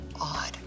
odd